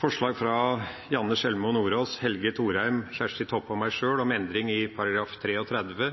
fra representantene Janne Sjelmo Nordås, Helge Thorheim, Kjersti Toppe og meg sjøl om endring i § 33,